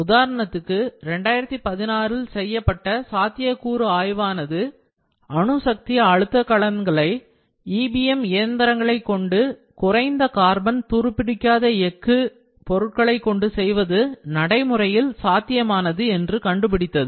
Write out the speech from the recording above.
உதாரணத்துக்கு 2016 ல் செய்யப்பட்ட சாத்தியக்கூறு ஆய்வானது அணுசக்தி அழுத்தக் கலன்களை EBM இயந்திரங்களைக் கொண்டு குறைந்த கார்பன் துருபிடிக்காத எக்கு பொருட்களைக்கொண்டு செய்வது நடைமுறையில் சாத்தியமானது என்று கண்டுபிடித்தது